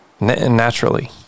naturally